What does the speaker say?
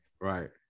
right